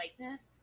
likeness